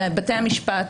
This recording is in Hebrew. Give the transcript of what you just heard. בבתי המשפט,